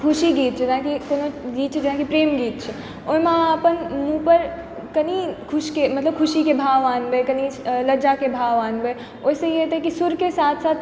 खुशी गीत जेनाकि कोनो गीत जेना प्रेम गीत छै ओहिमे अहाँ अपन मुँह पर कनि खुशके मतलब खुशीके भाव आनबै कनि लज्जाके भाव आनबै ओहिसंँ ई हेतै कि सुरके साथ साथ